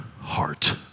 heart